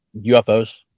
ufos